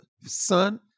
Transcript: Son